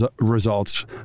results